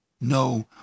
No